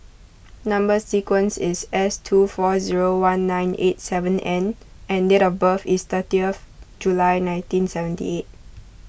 Number Sequence is S two four zero one nine eight seven N and date of birth is thirtieth July nineteen seventy eight